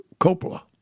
Coppola